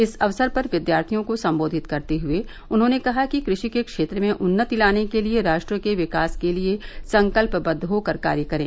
इस अवसर पर विद्यार्थियों को सम्बोधित करते हुए उन्होंने कहा कि कृषि के क्षेत्र में उन्नति लाने के लिए राष्ट्र के विकास के लिए संकल्पबद्द होकर कार्य करें